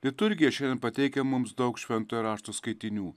liturgija šiandien pateikia mums daug šventojo rašto skaitinių